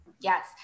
Yes